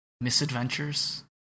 Misadventures